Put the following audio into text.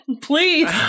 Please